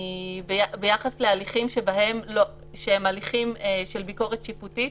ביחס להליכים שהם הליכים של ביקורת שיפוטית